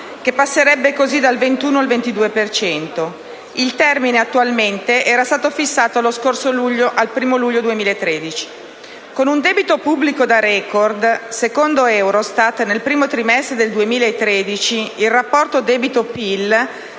che passerebbe così dal 21 al 22 per cento. Il termine attuale era stato fissato lo scorso luglio al 1° luglio 2013. Con un debito pubblico da *record* (secondo Eurostat, nel primo trimestre del 2013 il rapporto debito-PIL